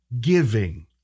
giving